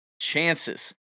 chances